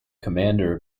commander